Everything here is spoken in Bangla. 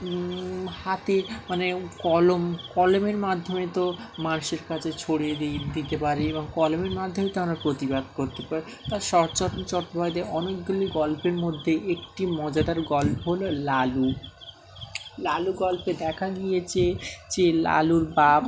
হাতে মানে কলম কলমের মাধ্যমে তো মানুষের কাছে ছড়িয়ে দিয়ে দিতে পারি এবং কলমের মাধ্যমে তো আমরা প্রতিবাদ করতে পারি তার শরৎচন্দ্র চট্টোপাধ্যায়ের অনেকগুলি গল্পের মধ্যে একটি মজাদার গল্প হলো লালু লালু গল্পে দেখা গিয়েছে যে লালুর বাপ